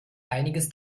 einiges